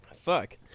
Fuck